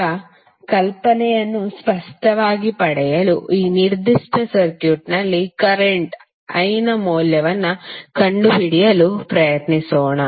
ಈಗ ಕಲ್ಪನೆಯನ್ನು ಸ್ಪಷ್ಟವಾಗಿ ಪಡೆಯಲು ಈ ನಿರ್ದಿಷ್ಟ ಸರ್ಕ್ಯೂಟ್ನಲ್ಲಿ ಕರೆಂಟ್ I ನ ಮೌಲ್ಯವನ್ನು ಕಂಡುಹಿಡಿಯಲು ಪ್ರಯತ್ನಿಸೋಣ